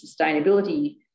sustainability